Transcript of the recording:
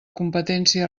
competència